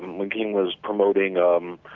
when king was promoting um.